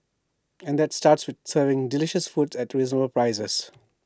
and that starts with serving delicious food at reasonable prices